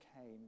came